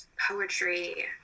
poetry